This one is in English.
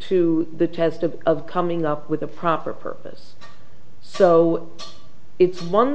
to the test of of coming up with a proper purpose so it's one